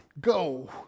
go